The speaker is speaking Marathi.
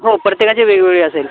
हो प्रत्येकाची वेगवेगळी असेल